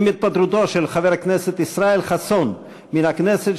עם התפטרותו של חבר הכנסת ישראל חסון מן הכנסת,